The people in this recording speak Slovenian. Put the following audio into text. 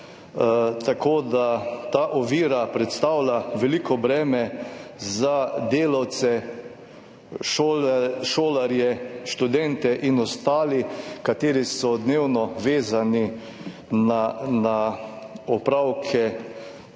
Tako da ta ovira predstavlja veliko breme za delavce, šolarje, študente in ostale, ki so dnevno vezani na opravke